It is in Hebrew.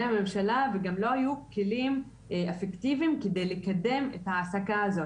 הממשלה וגם לא היו כלים אפקטיביים כדי לקדם את ההעסקה הזאת.